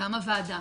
קמה ועדה